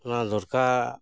ᱚᱱᱟ ᱫᱚᱨᱠᱟᱨ